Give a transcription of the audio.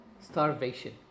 starvation